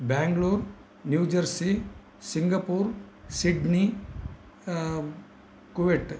Bangalore New Jersey Singapore Sydney Kuwait